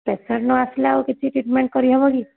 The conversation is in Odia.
ପେସେଣ୍ଟ୍ ନଆସିଲେ ଆଉ କିଛି ଟ୍ରିଟମେଣ୍ଟ୍ କରିହେବ କି